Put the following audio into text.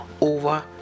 over